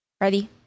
Ready